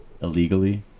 illegally